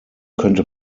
könnte